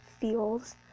feels